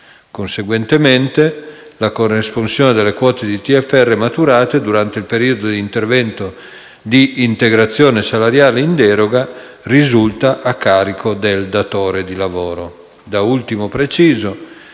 Conseguentemente, la corresponsione delle quote di TFR maturate durante il periodo di intervento di integrazione salariale in deroga risulta a carico del datore di lavoro.